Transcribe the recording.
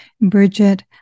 Bridget